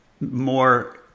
more